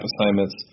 assignments